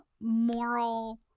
moral